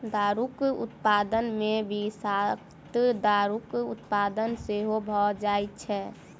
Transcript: दारूक उत्पादन मे विषाक्त दारूक उत्पादन सेहो भ जाइत छै